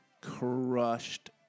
crushed